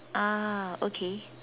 ah okay